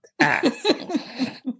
ass